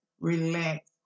relax